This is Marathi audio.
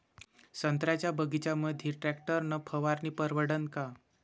संत्र्याच्या बगीच्यामंदी टॅक्टर न फवारनी परवडन का?